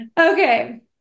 Okay